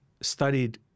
studied